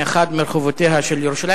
באחד מרחובותיה של ירושלים.